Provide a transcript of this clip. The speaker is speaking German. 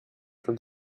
von